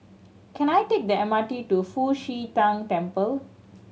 can I take the M R T to Fu Xi Tang Temple